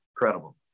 Incredible